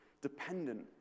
dependent